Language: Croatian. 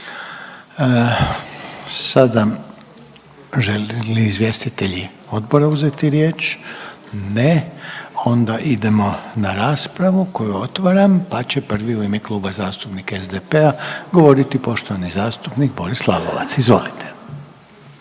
Sada žele li izvjestitelji Odbora uzeti riječ? Ne. Onda idemo na raspravu, koju otvaram pa će prvi u ime Kluba zastupnika SDP-a govoriti poštovani zastupnik Boris Lalovac. Izvolite.